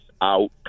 out